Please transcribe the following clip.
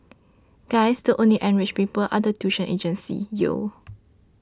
guys the only enriched people are the tuition agencies yo